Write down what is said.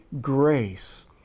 grace